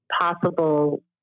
possible